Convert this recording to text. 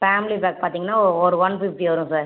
family pack பார்த்திங்கனா ஒரு one fifty வரும் சார்